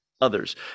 others